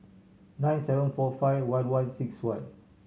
nine seven four five one one six one